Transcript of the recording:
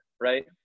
right